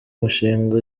mushinga